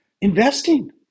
investing